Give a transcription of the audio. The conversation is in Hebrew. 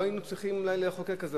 לא היינו צריכים אולי לחוקק חוק כזה,